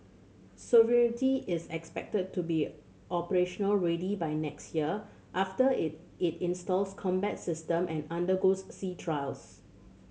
sovereignty is expected to be operational ready by next year after it it installs combat system and undergoes sea trials